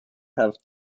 have